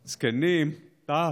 זקנים, טף,